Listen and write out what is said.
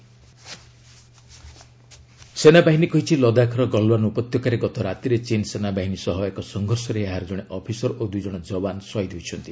soldiers martyred ସେନାବାହିନୀ କହିଛି ଲଦାଖର ଗଲୱାନ୍ ଉପତ୍ୟକାରେ ଗତ ରାତିରେ ଚୀନ୍ ସେନାବାହିନୀ ସହ ଏକ ସଂଘର୍ଷରେ ଏହାର ଜଣେ ଅଫିସର୍ ଓ ଦୁଇ ଜଣ ଯବାନ୍ ସହୀଦ୍ ହୋଇଛନ୍ତି